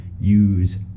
use